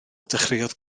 dechreuodd